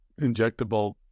injectable